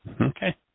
Okay